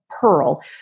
pearl